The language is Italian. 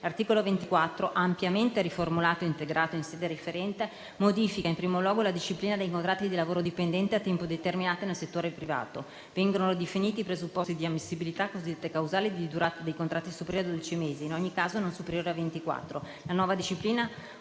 L'articolo 24 - ampiamente riformulato e integrato in sede referente - modifica, in primo luogo, la disciplina dei contratti di lavoro dipendente a tempo determinato nel settore privato. Vengono ridefiniti i presupposti di ammissibilità (cosiddette causali) di una durata dei contratti superiore a dodici mesi e in ogni caso non superiore a ventiquattro mesi. La nuova disciplina,